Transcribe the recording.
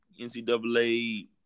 ncaa